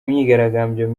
myigaragambyo